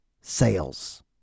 sales